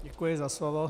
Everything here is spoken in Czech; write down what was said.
Děkuji za slovo.